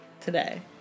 Today